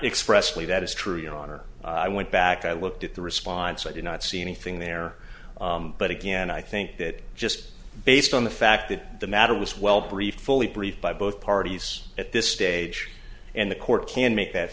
expressly that is true your honor i went back i looked at the response i did not see anything there but again i think that just based on the fact that the matter was well briefed fully briefed by both parties at this stage and the court can make that